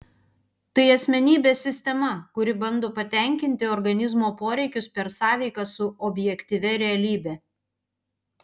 tai asmenybės sistema kuri bando patenkinti organizmo poreikius per sąveiką su objektyvia realybe